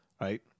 right